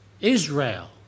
Israel